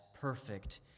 perfect